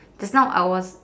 just now I was